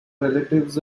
relatives